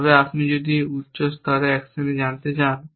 তবে আপনি যদি উচ্চ স্তরের অ্যাকশনে জানতে চান